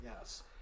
yes